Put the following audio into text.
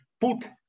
put